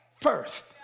first